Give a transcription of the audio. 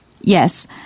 Yes